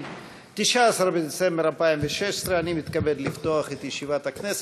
19 בדצמבר 2016. אני מתכבד לפתוח את ישיבת הכנסת.